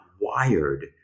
wired